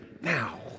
now